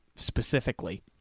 specifically